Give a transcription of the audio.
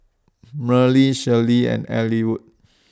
Merle Shelbie and Ellwood